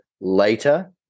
later